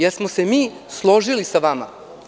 Da li smo se mi složili sa vama?